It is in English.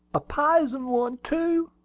a pizen one, too!